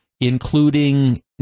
including